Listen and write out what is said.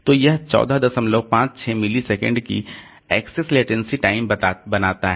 तो यह 1456 मिलीसेकंड की एक्सेस लेटेंसी टाइम बनाता है